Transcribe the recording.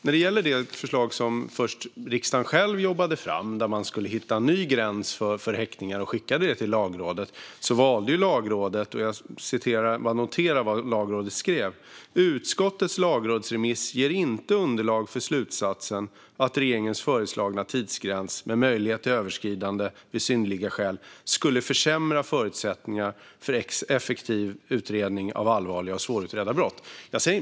Det förslag som riksdagen själv först jobbade fram, där en ny gräns för häktningar skulle hittas, skickades till Lagrådet. Jag noterar att de skrev att utskottets lagrådsremiss inte ger underlag för slutsatsen att regeringens föreslagna tidsgräns med möjlighet till överskridande vid synnerliga skäl skulle försämra förutsättningarna för effektiv utredning av allvarliga och svårutredda brott.